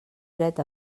dret